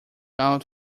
out